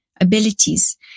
abilities